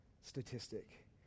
statistic